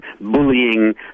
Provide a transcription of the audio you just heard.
bullying